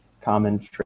common